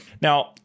Now